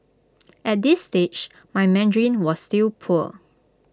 at this stage my Mandarin was still poor